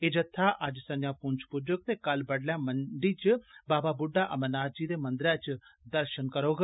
एह् जत्था अज्ज संजा पुंछ पुजोग ते कल बड्डलै मंडी च बाबा बुड्डा अमरनाथ जी दे मंदर च दर्शन करोग